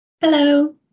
Hello